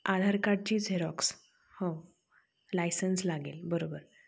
आधार कार्डची झेरॉक्स हो लायसन्स लागेल बरोबर